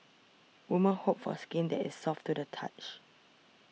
women hope for skin that is soft to the touch